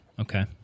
Okay